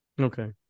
Okay